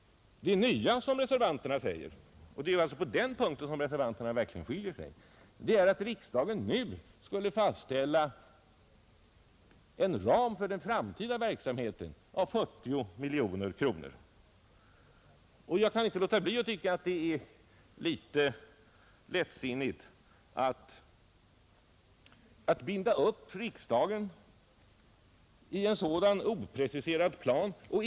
Det nya som reservanterna säger — och det är alltså på den punkten som reservanterna verkligen skiljer sig från utskottsmajoriteten — är att riksdagen nu skulle fastställa en ram för den framtida verksamheten av 40 miljoner kronor. Jag kan inte låta bli att tycka att det är litet lättsinnigt att binda upp riksdagen vid en sådan opreciserad plan.